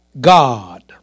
God